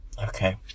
Okay